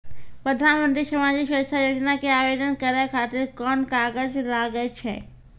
प्रधानमंत्री समाजिक सुरक्षा योजना के आवेदन करै खातिर कोन कागज लागै छै?